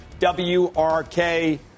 WRK